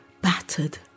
battered